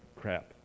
crap